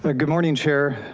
ah good morning chair,